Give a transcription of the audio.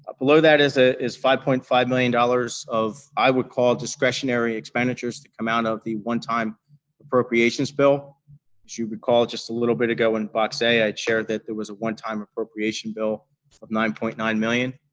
ah below that is ah is five point five million dollars of i would call discretionary expenditures to come out of the one-time appropriations bill. if you recall just a little bit ago in box a i shared that there was a one-time appropriation bill for nine point nine million.